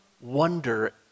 wonder